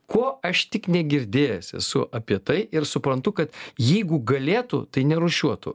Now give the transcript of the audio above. ko aš tik negirdėsi su apie tai ir suprantu kad jeigu galėtų tai nerūšiuotų